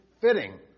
fitting